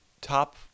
top